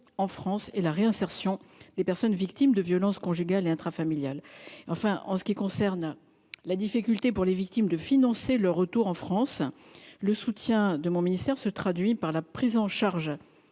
en France et la réinsertion des personnes victimes de violences conjugales et intrafamiliales. Enfin, pour ce qui concerne la difficulté pour les victimes de financer leur retour en France, le soutien de mon ministère se traduit par la prise en charge